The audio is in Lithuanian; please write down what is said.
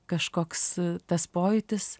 kažkoks tas pojūtis